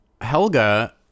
Helga